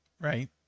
right